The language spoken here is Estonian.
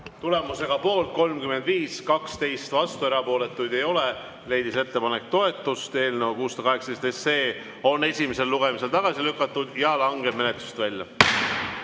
Tulemusega poolt 35, 12 vastu ja erapooletuid ei ole, leidis ettepanek toetust. Eelnõu 618 on esimesel lugemisel tagasi lükatud ja langeb menetlusest välja.